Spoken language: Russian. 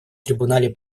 трибунале